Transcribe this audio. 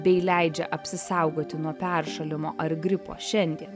bei leidžia apsisaugoti nuo peršalimo ar gripo šiandien